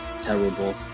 Terrible